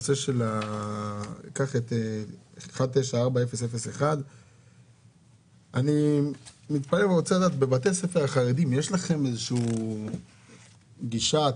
קח את 19/4/001. בבתי ספר החרדיים יש לכם איזשהו גישה?